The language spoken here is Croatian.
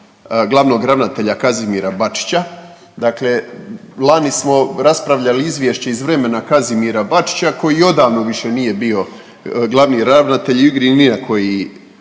glavnog ravnatelja Kazimira Bačića, dakle lani smo raspravljali izvješće iz vremena Kazimira Bačića koji odavno više nije bio glavni ravnatelj u igri ni na koji